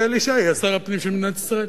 ואלי ישי יהיה שר הפנים של מדינת ישראל,